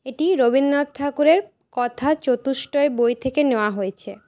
এটি রবীন্দ্রনাথ ঠাকুরের কথা চতুষ্টয় বই থেকে নেওয়া হয়েছে